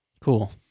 Cool